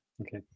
Okay